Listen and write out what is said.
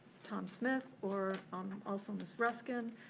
tom smith or um also ms. ruskin.